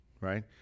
right